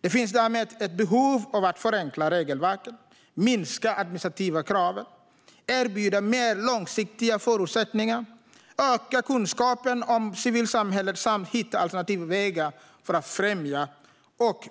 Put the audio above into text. Det finns därmed ett behov av att förenkla regelverken, minska de administrativa kraven, erbjuda mer långsiktiga förutsättningar, öka kunskapen om civilsamhället samt hitta alternativa vägar för att främja och